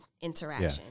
interaction